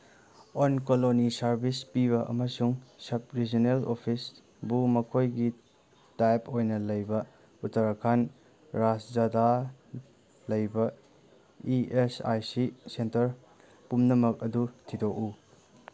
ꯑꯣꯟꯀꯣꯂꯣꯅꯤ service ꯄꯤꯕ ꯑꯃꯁꯨꯡ ꯁꯕ ꯔꯤꯖꯅꯦꯜ ꯑꯣꯐꯤꯁꯕꯨ ꯃꯈꯣꯏꯒꯤ ꯇꯥꯏꯞ ꯑꯣꯏꯅ ꯂꯩꯕ ꯎꯇꯔꯈꯥꯟ ꯔꯥꯖꯖꯗꯥ ꯂꯩꯕ E S I C centre ꯄꯨꯝꯅꯃꯛ ꯑꯗꯨ ꯊꯤꯗꯣꯛꯎ